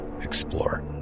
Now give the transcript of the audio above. explore